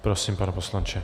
Prosím, pane poslanče.